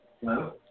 Hello